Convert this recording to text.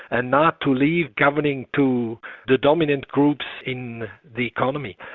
and not to leave governing to the dominant groups in the economy.